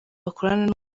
bakorana